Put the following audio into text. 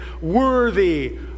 worthy